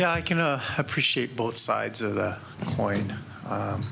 yeah i can appreciate both sides of the coin